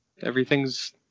everything's